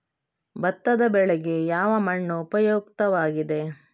ಭತ್ತದ ಬೆಳೆಗೆ ಯಾವ ಮಣ್ಣು ಉಪಯುಕ್ತವಾಗಿದೆ?